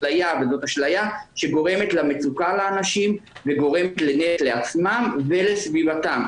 זאת אשליה שגורמת למצוקה לאנשים וגורמת נזק לעצמם ולסביבתם,